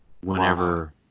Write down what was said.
whenever